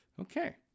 Okay